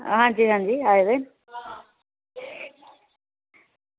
आं जी आं जी आये दे न